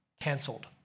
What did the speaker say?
canceled